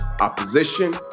opposition